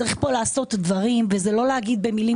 יש פה לעשות דברים וזה לא להגיד במילים